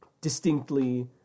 distinctly